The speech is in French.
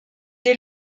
des